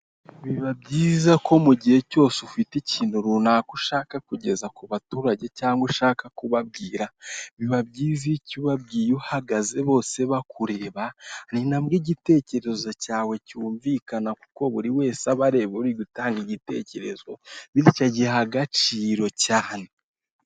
Biba byiza ko mu gihe cyose ufite ikintu runaka ushaka kugeza ku baturage cyangwa ushaka kubabwira biba byiza icyo ubabyihagaze bose bakureba ni nabwo igitekerezo cyawe cyumvikana kuko buri wese abareba uri gutanga igitekerezo bityo giha agaciro cyane.